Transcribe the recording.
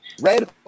Red